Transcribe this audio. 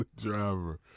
driver